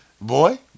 Boy